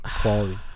Quality